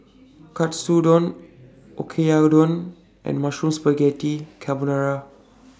Katsudon and Mushroom Spaghetti Carbonara